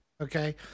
Okay